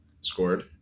Scored